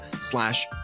slash